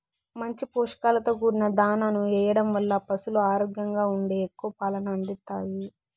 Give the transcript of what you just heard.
మంచి పోషకాలతో కూడిన దాణాను ఎయ్యడం వల్ల పసులు ఆరోగ్యంగా ఉండి ఎక్కువ పాలను అందిత్తాయి